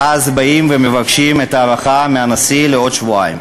ואז באים ומבקשים את ההארכה מהנשיא לעוד שבועיים.